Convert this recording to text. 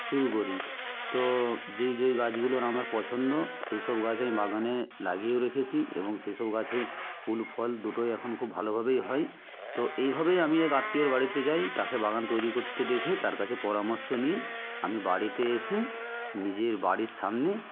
শুরু করি তো যেই যেই গাছগুলোর আমার পছন্দ সেইসব গাছ আমি বাগানে লাগিয়েও রেখেছি এবং সেসব গাছে ফুল ফল দুটোই এখন খুব ভালোভাবেই হয় তো এইভাবেই আমি এক আত্মীয়র বাড়িতে যাই তাকে বাগান তৈরি করতে দেখে তার কাছে পরামর্শ নিয়ে আমি বাড়িতে এসে নিজের বাড়ির সামনে